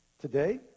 today